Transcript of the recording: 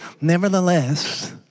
nevertheless